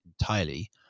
entirely